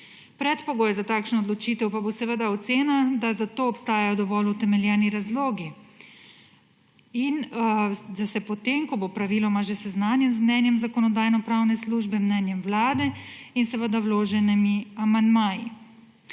Predpogoj za takšno odločitev pa bo seveda ocena, da za to obstajajo dovolj utemeljeni razlogi, potem ko bo praviloma že seznanjen z mnenjem Zakonodajno-pravne službe, mnenjem Vlade in seveda vloženimi amandmaji.